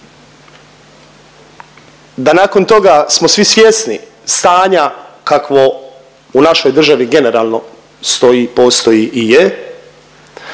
da nakon toga smo svi svjesni stanja kakvo u našoj državi generalno stoji, postoji i je